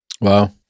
Wow